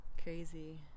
Crazy